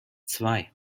zwei